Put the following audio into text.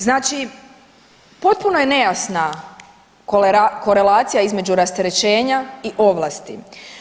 Znači potpuno je nejasna korelacija između rasterećenja i ovlasti.